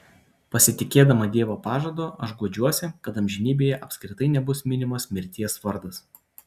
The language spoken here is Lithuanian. pasitikėdama dievo pažadu aš guodžiuosi kad amžinybėje apskritai nebus minimas mirties vardas